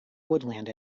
woodland